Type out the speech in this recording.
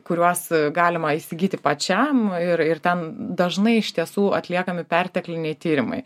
kuriuos galima įsigyti pačiam ir ir ten dažnai iš tiesų atliekami pertekliniai tyrimai